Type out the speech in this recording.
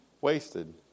Wasted